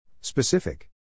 Specific